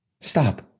stop